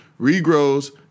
regrows